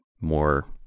more